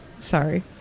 Sorry